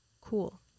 cool